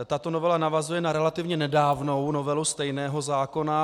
Tato novela navazuje na relativně nedávnou novelu stejného zákona.